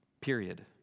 period